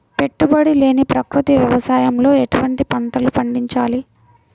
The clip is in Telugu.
పెట్టుబడి లేని ప్రకృతి వ్యవసాయంలో ఎటువంటి పంటలు పండించాలి?